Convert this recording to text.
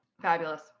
Fabulous